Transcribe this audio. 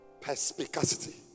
perspicacity